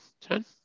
ten